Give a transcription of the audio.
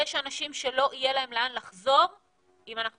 יש אנשים שלא יהיה להם לאן לחזור אם אנחנו